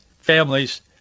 families